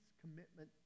commitment